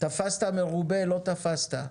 תפסת מרובה לא תפסת.